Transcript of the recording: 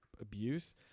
abuse